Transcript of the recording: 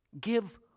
Give